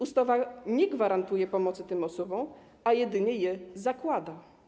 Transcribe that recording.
Ustawa nie gwarantuje pomocy tym osobom, a jedynie ją zakłada.